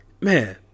man